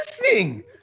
listening